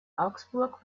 augsburg